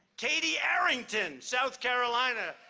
katie arrington, south carolina.